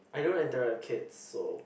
I don't interact with kids so